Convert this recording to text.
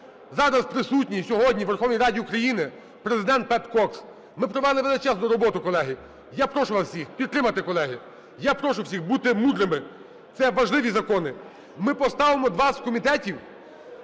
Зараз присутні сьогодні у Верховній Раді України президент Пет Кокс. Ми провели величезну роботу, колеги. Я прошу вас всіх підтримати, колеги. Я прошу всіх бути мудрими, це важливі закони. Ми поставимо 20 комітетів